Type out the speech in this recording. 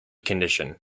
condition